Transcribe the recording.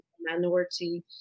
minority